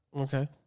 Okay